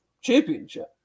championship